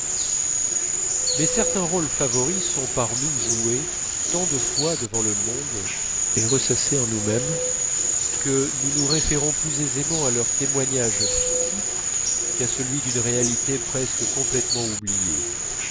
mais certains rôles favoris sont par nous joués tant de fois devant le monde et ressassés en nous-mêmes que nous nous référons plus aisément à leur témoignage fictif qu'à celui d'une réalité presque complètement oubliée